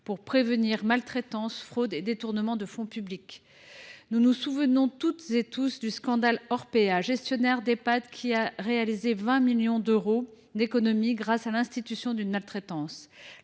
de prévenir les maltraitances, les fraudes et détournements de fonds publics. Nous nous souvenons toutes et tous du scandale Orpea, ce gestionnaire d’Ehpad qui a réalisé 20 millions d’euros d’économies grâce à l’instauration d’une maltraitance.